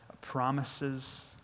promises